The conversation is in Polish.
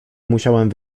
musiałem